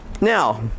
Now